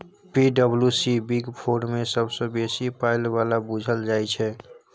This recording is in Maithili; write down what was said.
पी.डब्ल्यू.सी बिग फोर मे सबसँ बेसी पाइ बला बुझल जाइ छै